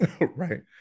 Right